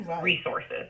resources